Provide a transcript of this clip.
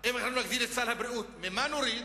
נגדיל את סל הבריאות, ממה נוריד?